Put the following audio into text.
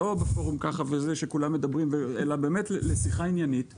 לא בפורום ככה כשכולם מדברים אלא באמת לשיחה עניינית.